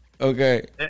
Okay